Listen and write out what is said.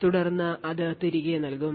തുടർന്ന് അത് തിരികെ നൽകും